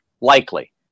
likely